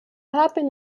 haben